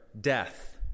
death